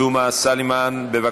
מי